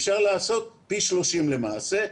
אפשר לעשות פי 30 למעשה.